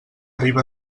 arriba